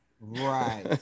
Right